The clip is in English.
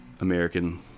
American